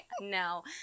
No